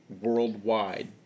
worldwide